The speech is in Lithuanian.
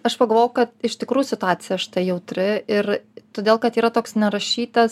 aš pagalvojau kad iš tikrųjų situacija šita jautri ir todėl kad yra toks nerašytas